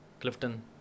Clifton